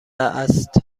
است